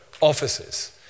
offices